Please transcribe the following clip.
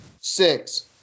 six